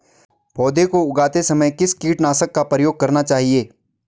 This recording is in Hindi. पौध को उगाते समय किस कीटनाशक का प्रयोग करना चाहिये?